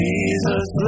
Jesus